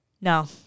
No